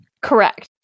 Correct